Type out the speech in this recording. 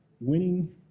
winning